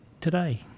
today